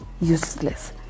useless